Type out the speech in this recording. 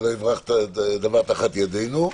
שלא יברח דבר תחת ידינו.